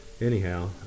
Anyhow